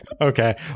okay